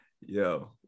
Yo